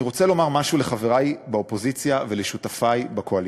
אני רוצה לומר משהו לחברי באופוזיציה ולשותפי בקואליציה: